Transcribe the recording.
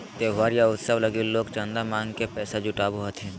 त्योहार या उत्सव लगी लोग चंदा मांग के पैसा जुटावो हथिन